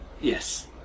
yes